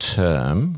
term